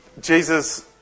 Jesus